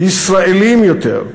ישראליים יותר.